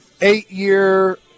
eight-year